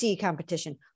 competition